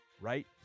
right